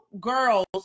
girls